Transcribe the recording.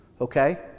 okay